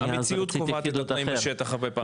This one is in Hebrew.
המציאות קובעת את התנאים בשטח הרבה פעמים.